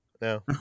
No